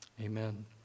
Amen